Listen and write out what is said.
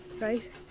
right